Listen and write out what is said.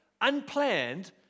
unplanned